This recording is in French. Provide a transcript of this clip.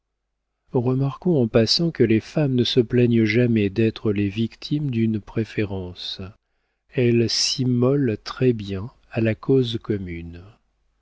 remarquons en passant que les femmes ne se plaignent jamais d'être les victimes d'une préférence elles s'immolent très bien à la cause commune